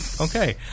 Okay